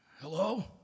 hello